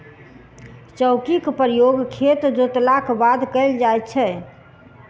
चौकीक प्रयोग खेत जोतलाक बाद कयल जाइत छै